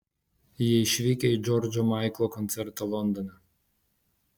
jie išvykę į džordžo maiklo koncertą londone